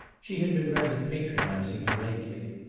she had been rather patronizing him lately.